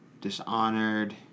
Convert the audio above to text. Dishonored